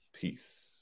Peace